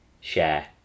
share